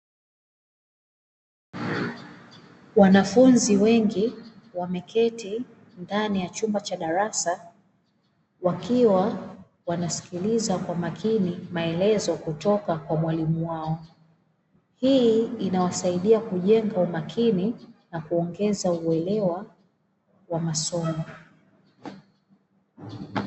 Wanafunzi wengi wameketi ndani ya chumba cha darasa wakiwa wanasikiliza kwa makini maelezo kutoka kwa mwalimu wao. Hii inawasaidia kujenga umakini na kuongeza uelewa wa masomo.